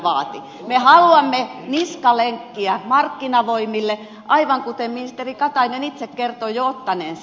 me haluamme niskalenkkiä markkinavoimille aivan kuten ministeri katainen itse kertoi jo ottaneensa